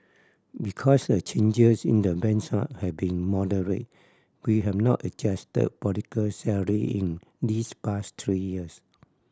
because the changes in the benchmark have been moderate we have not adjusted political salary in these past three years